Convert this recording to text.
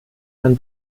dann